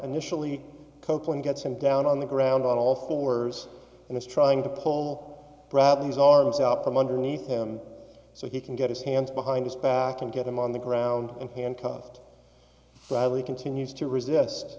initially copeland gets him down on the ground on all fours and is trying to pull bradley's arms out from underneath him so he can get his hands behind his back and get him on the ground and handcuffed bradley continues to resist